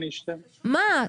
אנחנו נשב עם בתי המלאכה --- מה?